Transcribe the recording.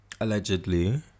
Allegedly